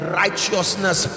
righteousness